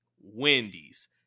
Wendy's